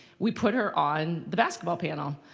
we put her on the basketball panel.